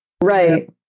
Right